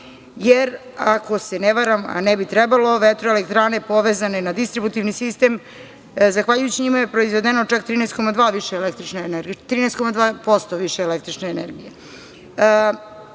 jer ako se ne varam, a ne bi trebalo, vetroelektrane povezane na distributivni sistem, zahvaljujući njima je proizvedeno čak 13,2% više električne energije.